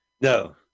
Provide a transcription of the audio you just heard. No